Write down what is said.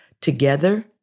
together